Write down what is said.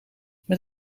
met